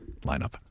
lineup